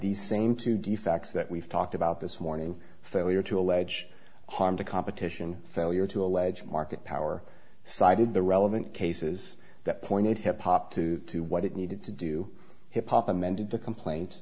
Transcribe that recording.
these same two d facts that we've talked about this morning failure to allege harm to competition failure to allege market power cited the relevant cases that point hip hop to do what it needed to do hip hop amended the complaint